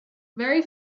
very